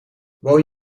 woon